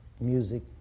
music